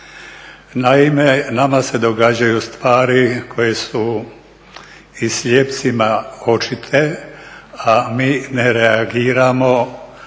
Naime, nama se događaju stvari koje su i slijepcima očite, a mi ne reagiramo